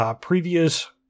previous